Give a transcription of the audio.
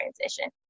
transition